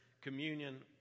communion